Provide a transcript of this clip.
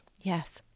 yes